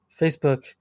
Facebook